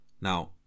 now